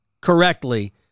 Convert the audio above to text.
correctly